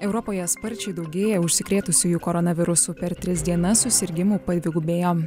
europoje sparčiai daugėja užsikrėtusiųjų koronavirusu per tris dienas susirgimų padvigubėjo